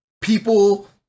people